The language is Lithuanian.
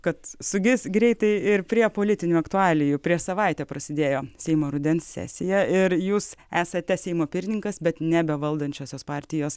kad sugis greitai ir prie politinių aktualijų prieš savaitę prasidėjo seimo rudens sesija ir jūs esate seimo pirmininkas bet nebe valdančiosios partijos